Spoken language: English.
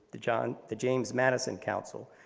the john the james madison council,